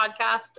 podcast